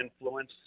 influence